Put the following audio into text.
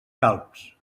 calbs